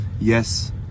Yes